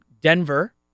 Denver